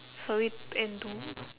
sorry and to